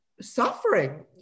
suffering